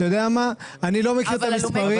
אני לא מכיר את המספרים.